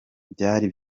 byari